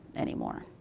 anymore,